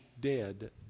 dead